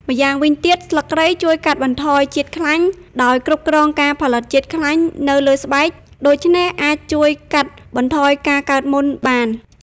ម្យ៉ាងវិញទៀត ស្លឹកគ្រៃជួយកាត់បន្ថយជាតិខ្លាញ់ ដោយគ្រប់គ្រងការផលិតជាតិខ្លាញ់នៅលើស្បែក ដូច្នេះអាចជួយកាត់បន្ថយការកើតមុនបាន។